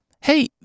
Hey